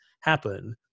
happen